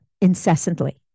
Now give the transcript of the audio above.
incessantly